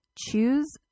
choose